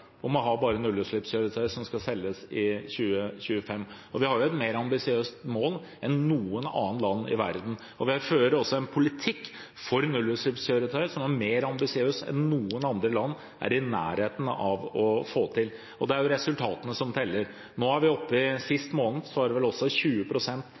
om å sette seg målet om bare å selge nullutslippskjøretøy i 2025. Vi har et mer ambisiøst mål enn noen andre land i verden. Vi fører også en politikk for nullutslippskjøretøy som er mer ambisiøs enn det noen andre land er i nærheten av å få til. Og det er resultatene som teller,